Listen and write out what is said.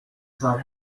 sar